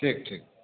ठीक ठीक